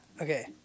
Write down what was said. Okay